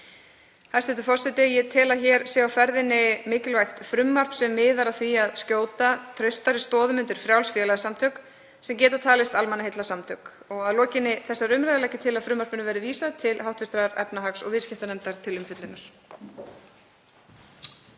Hæstv. forseti. Ég tel að hér sé á ferðinni mikilvægt frumvarp sem miðar að því að skjóta traustari stoðum undir frjáls félagasamtök sem geta talist almannaheillasamtök. Að lokinni þessari umræðu legg ég til að frumvarpinu verði vísað til hv. efnahags- og viðskiptanefndar til umfjöllunar.